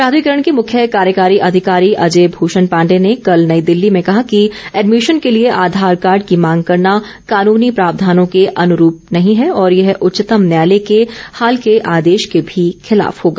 प्राधिकरण के मुख्य कार्यकारी अधिकारी अजय भूषण पाण्डेय ने कल नई दिल्ली में कहा कि एडमिशन के लिए आधार कार्ड की मांग करना कानूनी प्रावधानों के अनुरूप नहीं है और यह उच्चतम न्यायालय के हाल के आदेश के भी खिलाफ होगा